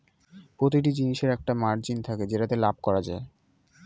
প্রতিটি জিনিসের একটা মার্জিন থাকে যেটাতে লাভ করা যায়